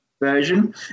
version